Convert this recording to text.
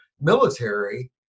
military